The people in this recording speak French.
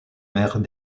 mères